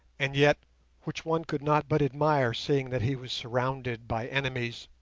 and yet which one could not but admire, seeing that he was surrounded by enemies.